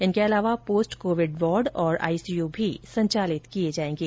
इनके अलावा post covid ward और आईसीयू भी संचालित किए जाएंगे